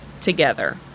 together